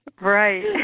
Right